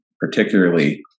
particularly